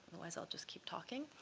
otherwise i'll just keep talking.